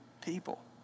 people